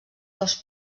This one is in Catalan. dos